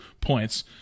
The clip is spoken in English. points